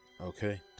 Okay